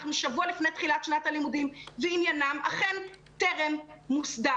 אנחנו שבוע לפני תחילת שנת הלימודים ועניינם אכן טרם מוסדר.